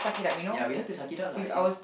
ya we have to suck it up lah it's